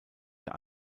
der